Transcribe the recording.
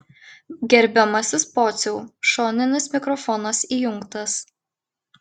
gerbiamasis pociau šoninis mikrofonas įjungtas